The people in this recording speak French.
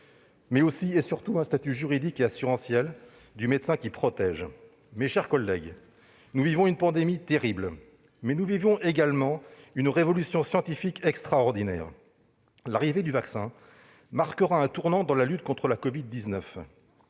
faudra surtout prévoir un statut juridique et assurantiel qui protège les médecins. Mes chers collègues, nous vivons une pandémie terrible, mais aussi une révolution scientifique extraordinaire. L'arrivée du vaccin marquera un tournant dans la lutte contre la covid-19.